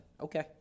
Okay